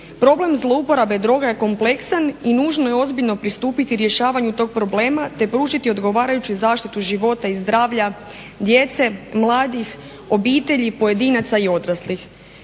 Problem zlouporabe droge je kompleksan i nužno je ozbiljno pristupiti rješavanju tog problema te pružiti odgovarajuću zaštitu života i zdravlja djece, mladih, obitelji, pojedinaca i odraslih.